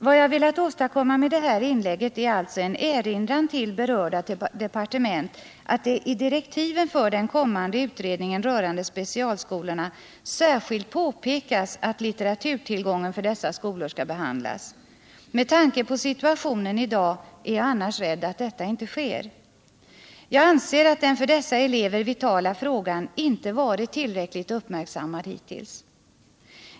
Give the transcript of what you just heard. Vad jag har velat åstadkomma med det här inlägget är alltså en erinran till berörda departement, att det i direktiven för den kommande utredningen rörande specialskolorna särskilt påpekas att litteraturtillgången för dessa skolor skall behandlas. Med tanke på situationen i dag är jag rädd att detta annars inte sker. Jag anser att den för dessa elever vitala frågan inte har varit tillräckligt uppmärksammad hittills.